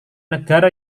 negara